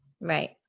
Right